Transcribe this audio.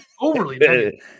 overly